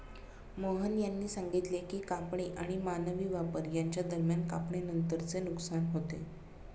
मोहन यांनी सांगितले की कापणी आणि मानवी वापर यांच्या दरम्यान कापणीनंतरचे नुकसान होते